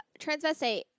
transvestite